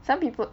some people